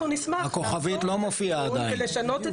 אנחנו נשמח לעשות תיקון ולשנות את